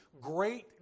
great